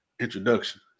introduction